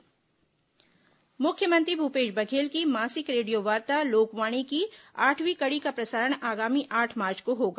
लोकवाणी मुख्यमंत्री भूपेश बघेल की मासिक रेडियोवार्ता लोकवाणी की आठवीं कड़ी का प्रसारण आगामी आठ मार्च को होगा